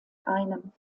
einem